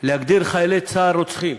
להגדיר חיילי צה"ל "רוצחים".